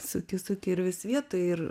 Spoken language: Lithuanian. suki suki ir vis vietoj ir